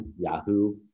Yahoo